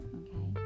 okay